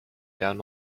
down